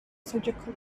surgical